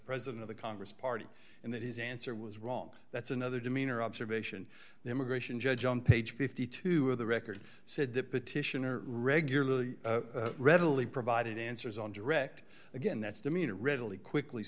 president of the congress party and that his answer was wrong that's another demeanor observation the immigration judge on page fifty two of the record said that petitioner regularly readily provided answers on direct again that's demeanor readily quickly